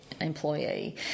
employee